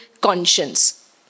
conscience